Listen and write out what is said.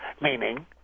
meaning